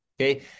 Okay